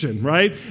right